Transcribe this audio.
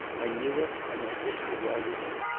i knew it, and i disregarded it.